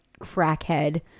crackhead